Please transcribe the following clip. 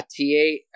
T8